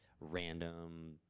random